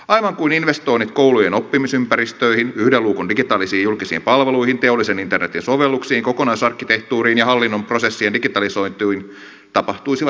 aivan kuin investoinnit koulujen oppimisympäristöihin yhden luukun digitaalisiin julkisiin palveluihin teollisen internetin sovelluksiin kokonaisarkkitehtuuriin ja hallinnon prosessien digitalisointiin tapahtuisivat itsestään